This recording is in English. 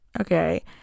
okay